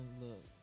look